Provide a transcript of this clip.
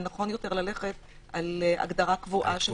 ונכון ללכת על הגדרה קבועה.